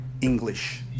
English